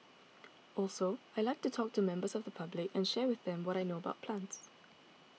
also I like to talk to members of the public and share with them what I know about plants